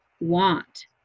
want